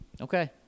Okay